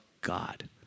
God